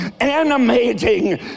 animating